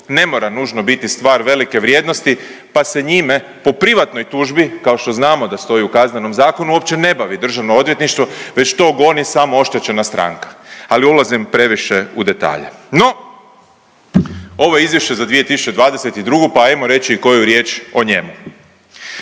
ne mora nužno biti stvar velike vrijednosti, pa se njime po privatnoj tužbi kao što znamo da stoji u Kaznenom zakonu, uopće ne bavi državno odvjetništvo već to goni samo oštećena stranka, ali ulazim previše u detalje. No, ovo je izvješće za 2022., pa ajmo reći koju riječ o njemu.